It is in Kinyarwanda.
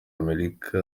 amerika